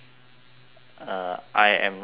uh I am not sure